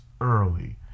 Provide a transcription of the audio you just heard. early